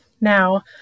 Now